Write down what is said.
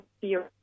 fear